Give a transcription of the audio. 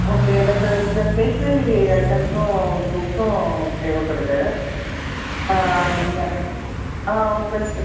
okay எனக்கு சில stationery ஐட்டம்ஸும் புக்கும் தேவைப்படுது அந்த உங்கள்